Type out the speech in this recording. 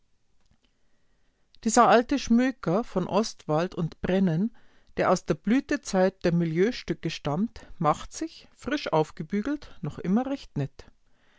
dieser alte schmöker von ostwald und brennen der aus der blütezeit der milieustücke stammt macht sich frisch aufgebügelt noch immer recht